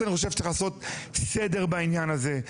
אני חושב שצריך לעשות סדר בעניין הזה,